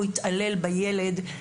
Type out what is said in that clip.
הוא התעלל בילד.